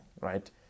right